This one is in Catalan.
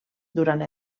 durant